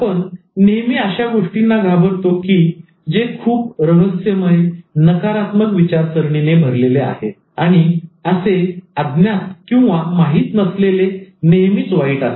आपण नेहमी अशा गोष्टींना घाबरतो की जे खूप रहस्यमय नकारात्मक विचारसरणीने भरलेले आहे आणि असे अज्ञातमाहित नसलेले नेहमीच वाईट असते